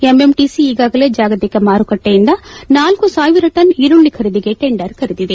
MMTC ಈಗಾಗಲೇ ಜಾಗತಿಕ ಮಾರುಕಟ್ಟೆಯಿಂದ ನಾಲ್ಕು ಸಾವಿರ ಟನ್ ಈರುಳ್ಳ ಖರೀದಿಗೆ ಟೆಂಡರ್ ಕರೆದಿದೆ